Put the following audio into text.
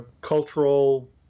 cultural